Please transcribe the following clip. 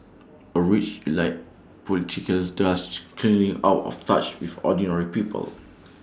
A rich elite political increasingly out of touch with ordinary people